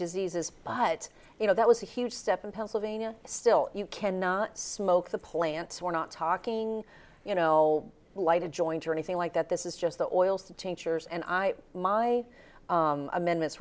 diseases but you know that was a huge step in pennsylvania still you can not smoke the plants we're not talking you know light a joint or anything like that this is just the oils the changers and i my amendments